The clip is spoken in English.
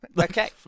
Okay